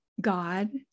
God